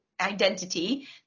identity